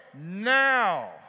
now